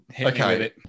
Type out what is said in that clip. okay